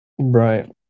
right